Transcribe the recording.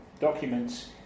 documents